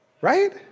Right